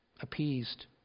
appeased